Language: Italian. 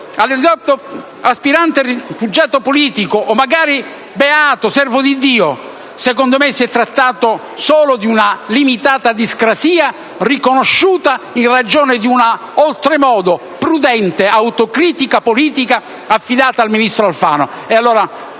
considerata aspirante rifugiato politico o magari beato servo di Dio. Secondo me si è trattato solo di una limitata discrasia, riconosciuta in ragione di una oltremodo prudente autocritica politica affidata al ministro Alfano.